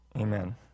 Amen